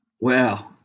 Wow